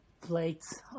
plates